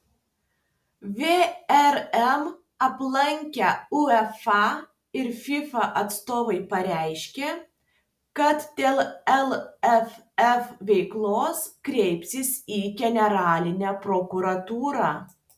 vrm aplankę uefa ir fifa atstovai pareiškė kad dėl lff veiklos kreipsis į generalinę prokuratūrą